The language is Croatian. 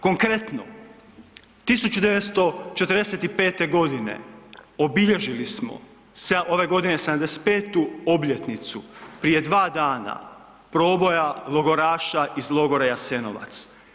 Konkretno, 1945.g. obilježili smo ove godine 75. obljetnicu prije 2 dana proboja logoraša iz logora Jasenovac.